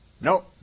Nope